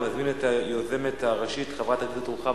אני מזמין את היוזמת הראשית, חברת הכנסת רוחמה